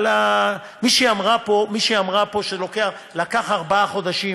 מישהו אמרה פה שלקח ארבעה חודשים.